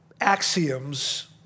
axioms